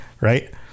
Right